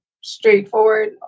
straightforward